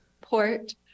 Port